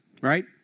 right